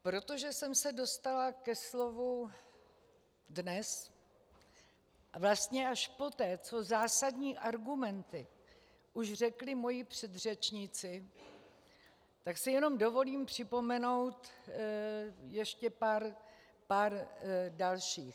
Protože jsem se dostala ke slovu dnes, vlastně až poté, co zásadní argumenty už řekli moji předřečníci, tak si jenom dovolím připomenout ještě pár dalších.